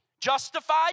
Justified